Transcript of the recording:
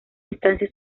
instancia